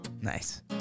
nice